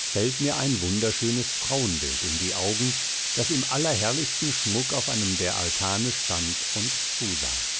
fällt mir ein wunderschönes frauenbild in die augen das im allerherrlichsten schmuck auf einem der altane stand und zusah